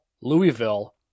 Louisville